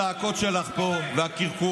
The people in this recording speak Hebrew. על בסיס הצעקות שלך פה והקרקורים,